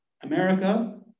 America